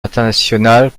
internationale